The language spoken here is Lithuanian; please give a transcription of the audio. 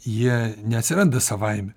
jie neatsiranda savaime